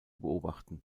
beobachten